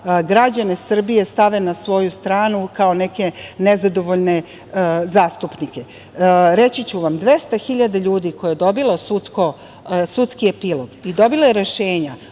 građane Srbije stave na svoju stranu kao neke nezadovoljne zastupnike. Reći ću vam, 200 hiljada ljudi koje je dobilo sudski epilog i dobilo rešenja